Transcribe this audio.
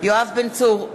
יואב בן צור,